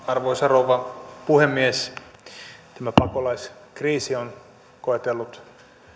arvoisa rouva puhemies tämä pakolaiskriisi on koetellut